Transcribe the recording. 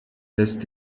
lässt